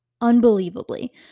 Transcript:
unbelievably